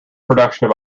production